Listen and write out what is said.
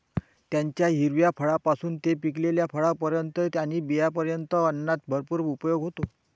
त्याच्या हिरव्या फळांपासून ते पिकलेल्या फळांपर्यंत आणि बियांपर्यंत अन्नात भरपूर उपयोग होतो